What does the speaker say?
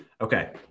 Okay